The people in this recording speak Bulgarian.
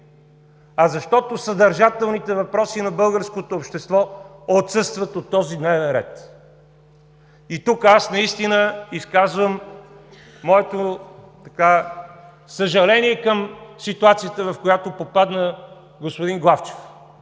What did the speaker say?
а защото съдържателните въпроси на българското общество отсъстват от този дневен ред. И тук аз наистина изказвам моето съжаление към ситуацията, в която попадна господин Главчев,